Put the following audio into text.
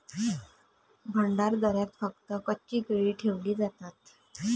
भंडारदऱ्यात फक्त कच्ची केळी ठेवली जातात